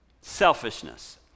Selfishness